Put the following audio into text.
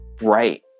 Right